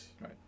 Right